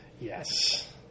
Yes